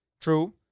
true